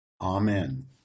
Amen